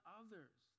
others